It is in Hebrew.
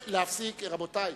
רבותי,